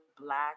black